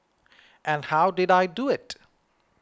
and how did I do it